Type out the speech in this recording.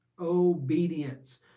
Obedience